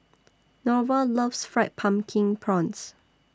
Norval loves Fried Pumpkin Prawns